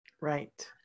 Right